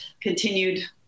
continued